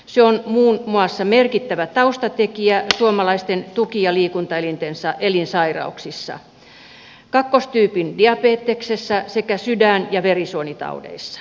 se on muun muassa merkittävä taustatekijä suomalaisten tuki ja liikuntaelinsairauksissa kakkostyypin diabeteksessa sekä sydän ja verisuonitaudeissa